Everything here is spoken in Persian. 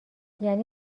یعنی